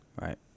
right